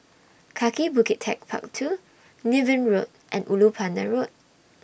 Kaki Bukit Techpark two Niven Road and Ulu Pandan Road